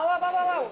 (הדיון הופסק בעקבות שריפה בחדר).